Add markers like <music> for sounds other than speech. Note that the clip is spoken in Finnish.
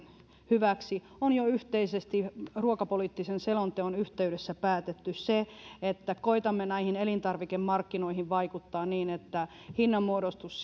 hyväksi on jo yhteisesti ruokapoliittisen selonteon yhteydessä päätetty koetamme elintarvikemarkkinoihin vaikuttaa niin että hinnanmuodostus <unintelligible>